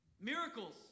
miracles